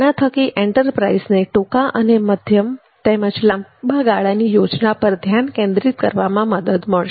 તેના થકી એન્ટરપ્રાઇઝને ટૂંકા મધ્યમ અને લાંબાગાળાની યોજના પર ધ્યાન કેન્દ્રિત કરવામાં મદદ મળશે